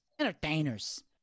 entertainers